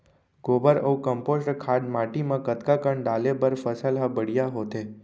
गोबर अऊ कम्पोस्ट खाद माटी म कतका कन डाले बर फसल ह बढ़िया होथे?